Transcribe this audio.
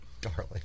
Darling